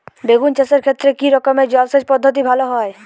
বেগুন চাষের ক্ষেত্রে কি রকমের জলসেচ পদ্ধতি ভালো হয়?